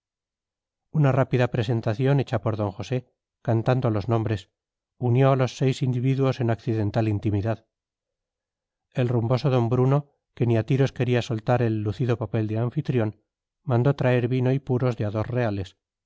una rápida presentación hecha por d josé cantando los nombres unió a los seis individuos en accidental intimidad el rumboso d bruno que ni a tiros quería soltar el lucido papel de anfitrión mandó traer vino y puros de a dos reales